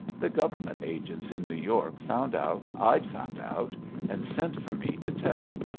the government agents in new york found out i'd found out and sent for me to tell.